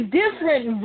different